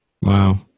Wow